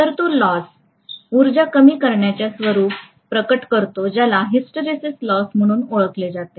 तर तो लॉस उर्जा कमी होण्याच्या रूपात प्रकट होतो ज्याला हिस्टरेसिस लॉस म्हणून ओळखले जाते